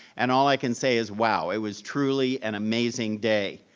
and all i can say is, wow. it was truly an amazing day.